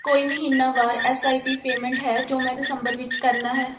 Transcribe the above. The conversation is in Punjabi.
ਕੋਈ ਮਹੀਨਾਵਾਰ ਐੱਸ ਆਈ ਪੀ ਪੇਮੈਂਟ ਹੈ ਜੋ ਮੈਂ ਦਸੰਬਰ ਵਿੱਚ ਕਰਨਾ ਹੈ